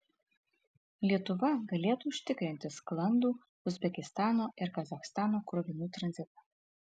lietuva galėtų užtikrinti sklandų uzbekistano ir kazachstano krovinių tranzitą